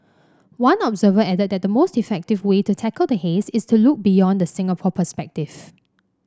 one observer added that the most effective way to tackle the haze is to look beyond the Singapore perspective